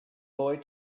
boy